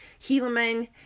helaman